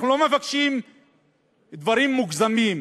אנחנו לא מבקשים דברים מוגזמים.